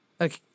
Okay